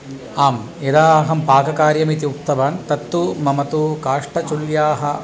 आम् यदा अहं पाककार्यम् इति उक्तवान् तत्तु मम तु काष्टचुल्ल्याः